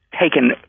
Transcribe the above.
taken